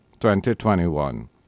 2021